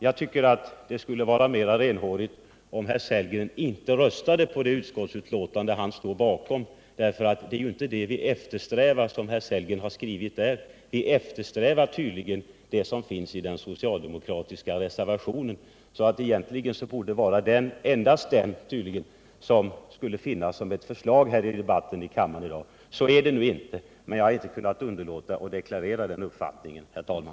Jag tycker det skulle vara mest renhårigt om herr Sellgren inte röstade på det utskottsbetänkande han står bakom, för vi tycks ju båda eftersträva inte vad herr Sellgren skrivit utan vad som står i den socialdemokratiska reservationen. Egentligen borde det förslaget vara det enda i debatten i kammaren i dag. Så är det nu inte, men jag har inte kunnat underlåta att föra fram den uppfattningen, herr talman.